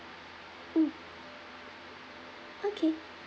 mm okay